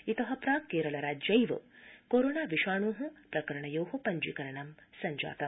इत प्राकृ केरल राज्यैव कोरोना विषाणो प्रकरणयो पञ्जीकरणं जातम्